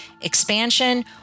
expansion